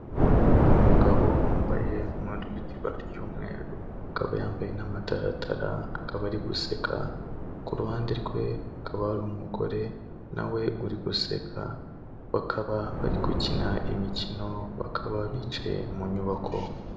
Umugabo wambaye umwenda ufiite ibara ry'umweru, akaba yambaye n'amataratara, akaba ari guseka, ku ruhande rwe hakaba hari umugore nawe uri guseka, bakaba bari gukina imikino, bakaba bicaye mu nyubako.